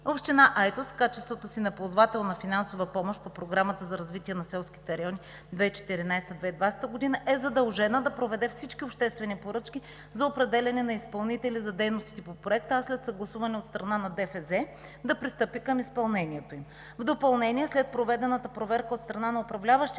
Община Айтос в качеството си на ползвател на финансова помощ по Програмата за развитие на селските райони 2014 – 2020 г. е задължена да проведе всички обществени поръчки за определяне на изпълнители за дейностите по Проекта, а след съгласуване от страна на Държавен фонд „Земеделие“ да пристъпи към изпълнението им. В допълнение: след проведената проверка от страна на управляващия